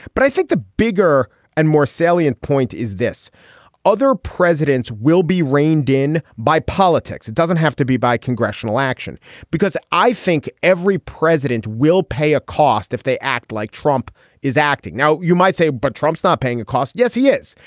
but i think the bigger and more salient point is this other presidents will be reined in by politics. it doesn't have to be by congressional action because i think every president will pay a cost if they act like trump is acting now. you might say, but trump's not paying a costs. yes, he is.